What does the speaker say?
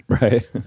Right